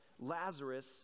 Lazarus